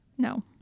No